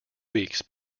weeks